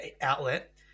outlet